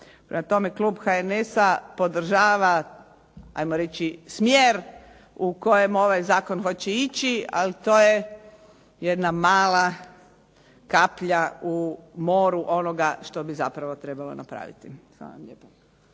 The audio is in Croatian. Prema tome, klub HNS-a podržava 'ajmo reći smjer u kojem ovaj zakon hoće ići, ali to je jedna mala kaplja u moru onoga što bi zapravo trebalo napraviti. Hvala lijepo.